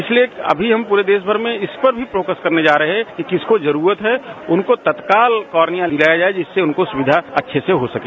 इसलिए अभी हम पूरे देश भर में इस पर भी फोकस करने जा रहे कि किस को जरूरत है उनको तत्काल कोर्निया दिलाया जाए जिससे उनको सुविधा अच्छे से हो सके